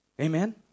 Amen